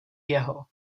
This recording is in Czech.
jeho